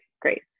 Great